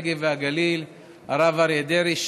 הנגב והגליל הרב אריה דרעי,